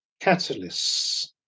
catalysts